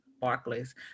Barclays